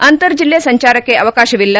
ಅಂತರ್ ಜಿಲ್ಲೆ ಸಂಚಾರಕ್ಕೆ ಅವಕಾಶವಿಲ್ಲ